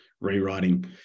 rewriting